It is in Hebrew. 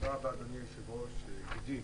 תודה רבה, אדוני היושב-ראש, ידיד,